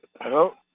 Hello